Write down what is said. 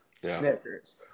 Snickers